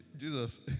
Jesus